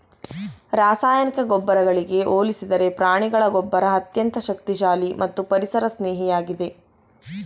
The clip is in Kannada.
ರಾಸಾಯನಿಕ ಗೊಬ್ಬರಗಳಿಗೆ ಹೋಲಿಸಿದರೆ ಪ್ರಾಣಿಗಳ ಗೊಬ್ಬರ ಅತ್ಯಂತ ಶಕ್ತಿಶಾಲಿ ಮತ್ತು ಪರಿಸರ ಸ್ನೇಹಿಯಾಗಿದೆ